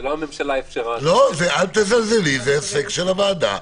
זה הישג של הוועדה.